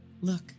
Look